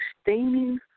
staining